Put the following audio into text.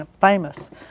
famous